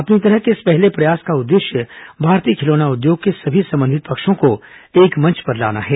अपनी तरह के इस पहले प्रयास का उद्देश्य भारतीय खिलौना उद्योग के सभी संबंधित पक्षों को एक मंच पर लाना है